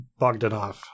Bogdanov